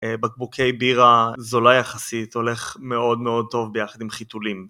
בקבוקי בירה זולה יחסית, הולך מאוד מאוד טוב ביחד עם חיתולים.